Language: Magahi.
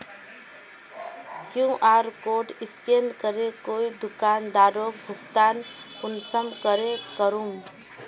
कियु.आर कोड स्कैन करे कोई दुकानदारोक भुगतान कुंसम करे करूम?